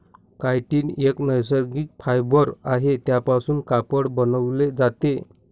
chitin एक नैसर्गिक fibre आहे त्यापासून कापड बनवले जाते